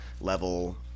level